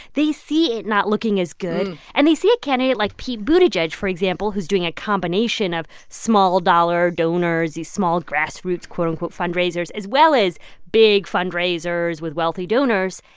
they see it not looking as good, and they see a candidate like pete buttigieg, for example, who's doing a combination of small-dollar donors, these small, grassroots, quote, unquote, fundraisers as well as big fundraisers with wealthy donors.